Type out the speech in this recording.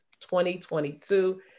2022